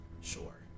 sure